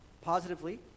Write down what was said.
positively